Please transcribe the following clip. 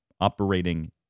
Operating